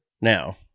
Now